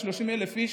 30,000 איש,